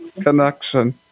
connection